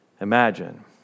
imagine